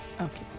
Okay